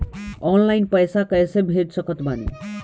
Online पैसा कैसे भेज सकत बानी?